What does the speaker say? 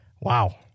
Wow